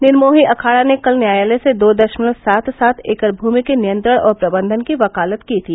निर्मोही अखाड़ा ने कल न्यायालय से दो दशमलव सात सात एकड़ भूमि के नियंत्रण और प्रबंधन की वकालत की थी